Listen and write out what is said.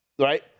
Right